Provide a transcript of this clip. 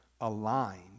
aligned